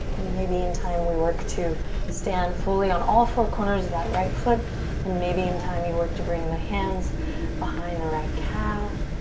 maybe in time we work to stand fully on all four corners of that right foot and maybe in time you work to bring the hands behind the right calf.